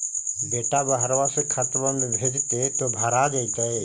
बेटा बहरबा से खतबा में भेजते तो भरा जैतय?